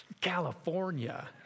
California